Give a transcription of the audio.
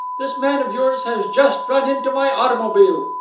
this man of yours has just run into my automobile.